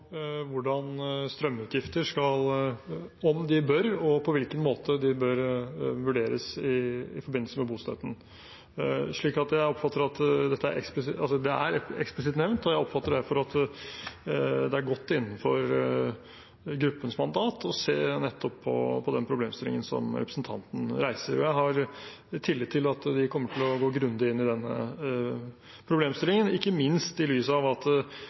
om strømutgifter bør vurderes i forbindelse med bostøtten, og på hvilken måte. Så dette er eksplisitt nevnt, og jeg oppfatter derfor at det er godt innenfor gruppens mandat å se nettopp på den problemstillingen representanten reiser. Jeg har tillit til at de kommer til å gå grundig inn i den problemstillingen, ikke minst i lys av at